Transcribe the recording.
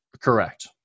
Correct